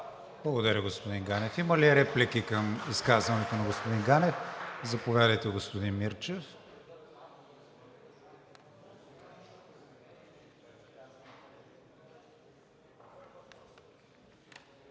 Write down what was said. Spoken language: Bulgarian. Благодаря, господин Ганев. Има ли реплики към изказването на господин Ганев? Заповядайте, господин Мирчев.